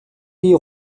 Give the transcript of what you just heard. die